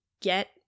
get